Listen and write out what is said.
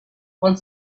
one